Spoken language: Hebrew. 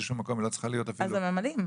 היא לא צריכה להיות אפילו --- אז הם ממלאים.